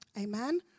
Amen